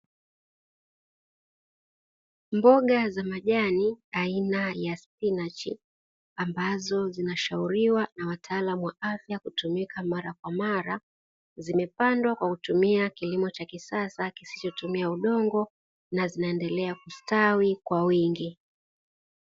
Mboga za majani aina ya spinachi ambazo zinashauriwa na wataalamu wa afya kutumika mara kwa mara zimepandwa kwa kutumia kilimo cha kisasa kisichotumia udongo na zinaendelea kustawi kwa wingi.